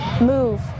Move